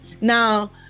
now